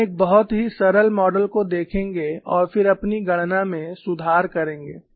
हम एक बहुत ही सरल मॉडल को देखेंगे और फिर अपनी गणना में सुधार करेंगे